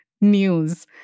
news